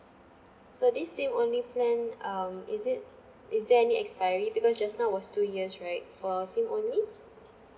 so this SIM only plan um is it is there any expiry because just now was two years right for SIM only